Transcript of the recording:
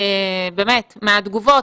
באמת, מהתגובות,